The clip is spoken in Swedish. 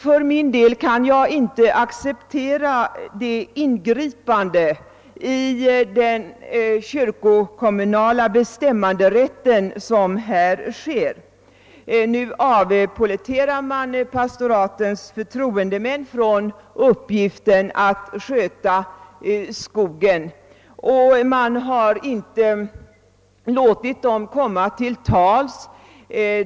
För min del kan jag inie acceptera det ingripande i den kyrkokommunala bestämmanderätten som här sker. Nu avpolletterar man pastoratens förtroendemän från uppgiften att sköta skogen, och man har inte låtit dem komma till tals.